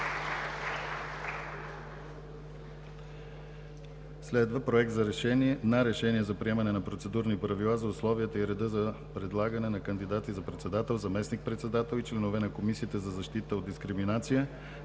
относно Проект на решение за приемане на процедурни правила за условията и реда за предлагане на кандидати за председател, заместник-председател и членове на Комисията за защита от дискриминация,